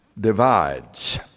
divides